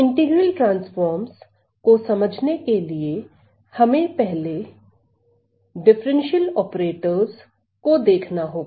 integral transforms को समझने के लिए हमें पहले अवकल ऑपरेटरस को देखना होगा